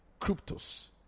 cryptos